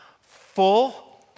full